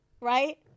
right